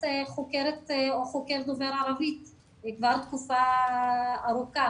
חוקרת או חוקר דובר ערבית כבר תקופה ארוכה.